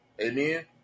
Amen